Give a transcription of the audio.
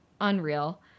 unreal